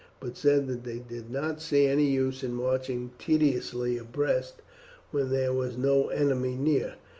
but said that they did not see any use in marching tediously abreast when there was no enemy near.